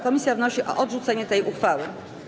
Komisja wnosi o odrzucenie tej uchwały.